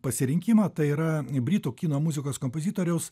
pasirinkimą tai yra britų kino muzikos kompozitoriaus